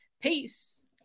Peace